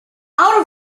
out